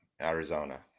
Arizona